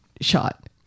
shot